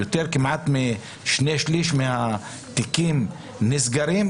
כמעט יותר משני-שליש מהתיקים נסגרים,